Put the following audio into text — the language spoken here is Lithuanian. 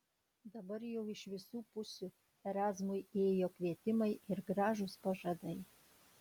dabar jau iš visų pusių erazmui ėjo kvietimai ir gražūs pažadai